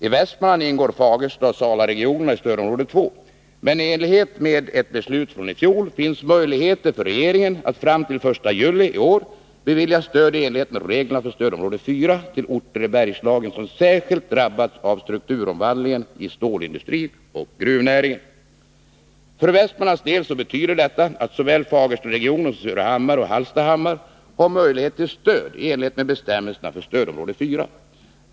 I Västmanland ingår Fagerstaoch Salaregionerna i stödområde 2, men i enlighet med ett beslut från i fjol finns möjligheter för regeringen att fram till den 1 juli i år bevilja stöd i enlighet med reglerna för stödområde 4 till orter i Bergslagen som särskilt drabbats av strukturomvandlingen i stålindustrin och gruvnäringen. För Västmanlands del betyder detta att såväl Fagerstaregionen som Surahammar och Hallstahammar har möjlighet till stöd i enlighet med bestämmelserna för stödområde 4.